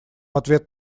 ответ